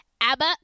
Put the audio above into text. Abba